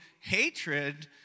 hatred